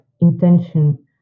intention